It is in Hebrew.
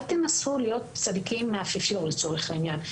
אל תנסו להיות צדיקים מהאפיפיור לצורך העניין.